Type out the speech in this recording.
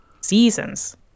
seasons